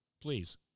Please